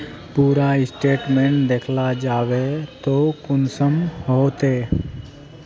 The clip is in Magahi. पूरा स्टेटमेंट देखला चाहबे तो कुंसम होते?